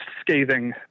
scathing